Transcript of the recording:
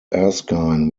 erskine